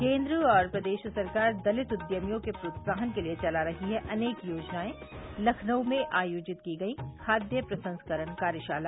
केन्द्र और प्रदेश सरकार दलित उद्यमियों के प्रोत्साहन के लिए चला रही हैं अनेक योजनायें लखनऊ में आयोजित की गई खाद्य प्रसंस्करण कार्यशाला